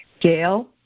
gail